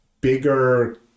bigger